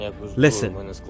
Listen